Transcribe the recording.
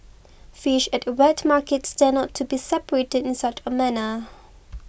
fish at wet markets tend not to be separated in such a manner